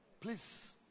Please